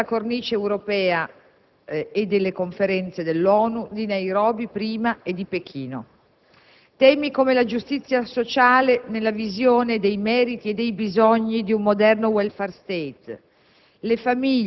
Tutto ciò nella cornice europea e delle Conferenze dell'ONU di Nairobi prima e di Pechino poi. Temi come la giustizia sociale nella visione dei meriti e dei bisogni di un moderno *Welfare* *State*,